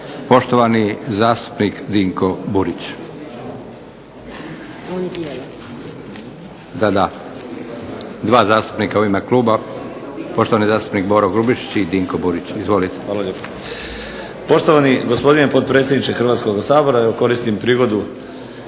… /Upadica se ne razumije./… Da, da. Dva zastupnika u ime kluba. Poštovani zastupnik Boro Grubišić i Dinko Burić. Izvolite. **Burić, Dinko (HDSSB)** Hvala lijepo. Poštovani gospodine potpredsjedniče Hrvatskoga sabora evo koristim prigodu